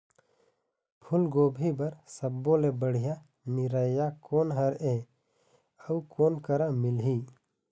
फूलगोभी बर सब्बो ले बढ़िया निरैया कोन हर ये अउ कोन करा मिलही?